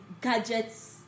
gadgets